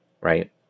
right